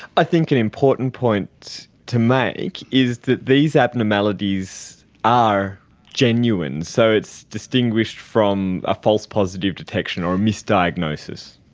i think an important point to make is that these abnormalities are genuine. so it's distinguished from a false positive detection or a misdiagnosis.